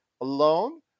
alone